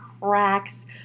cracks